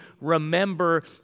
remember